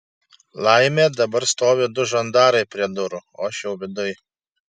laimė dabar stovi du žandarai prie durų o aš jau viduj